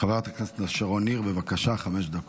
חברת הכנסת שרון ניר, בבקשה, חמש דקות.